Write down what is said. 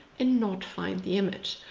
and not find the image.